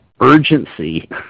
urgency